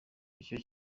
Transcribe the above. icyo